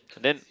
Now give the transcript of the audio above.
then